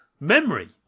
memory